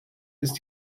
ist